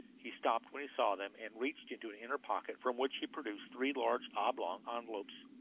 he stopped when he saw them and reached into an inner pocket, from which he produced three large oblong envelopes.